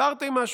תרתי משמע.